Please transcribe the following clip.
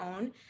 own